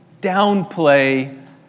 downplay